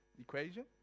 equation